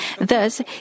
Thus